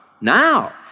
Now